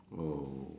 oh